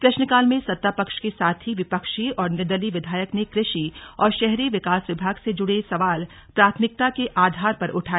प्रश्नकाल में सत्ता पक्ष के साथ ही विपक्षी और निर्दलीय विधायक ने कृषि और शहरी विकास विभाग से जुड़े सवाल प्राथमिकता के आधार पर उठाए